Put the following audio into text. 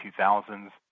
2000s